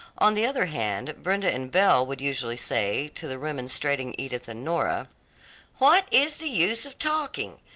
on the other hand brenda and belle would usually say to the remonstrating edith and nora what is the use of talking,